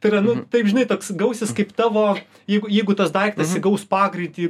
tai yra nu taip žinai toks gausis kaip tavo jeigu jeigu tas daiktas įgaus pagreitį